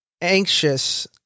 anxious